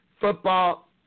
football